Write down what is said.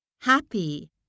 happy